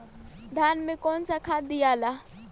धान मे कौन सा खाद दियाला?